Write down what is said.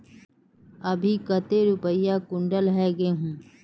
अभी कते रुपया कुंटल है गहुम?